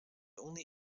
only